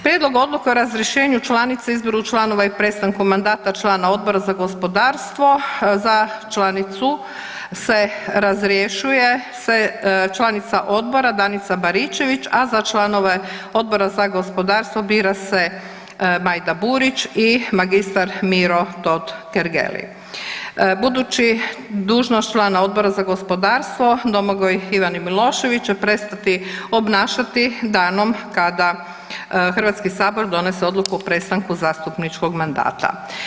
Prijedlog Odluke o razrješenju članice i izboru članova i prestanku mandata člana Odbora za gospodarstvo, za članicu se razrješuje se članica odbora Danica Baričević, a za članove Odbora za gospodarstvo bira se Majda Burić i magistar Miro Totgergeli, budući dužnost člana Odbora za gospodarstvo Domagoj Ivan Milošević će prestati obnašati danom kada Hrvatski sabor donese odluku o prestanku zastupničkog mandata.